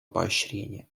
поощрения